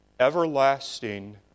everlasting